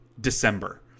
December